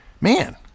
Man